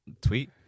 Tweet